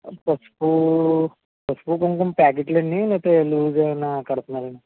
పసుపు పసుపు కుంకుమ ప్యాకెట్లు అండి లేతే లూజ్ ఏవైనా కడతన్నరా అండి